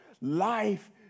life